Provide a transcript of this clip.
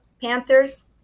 Panthers